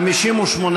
התשע"ח 2018,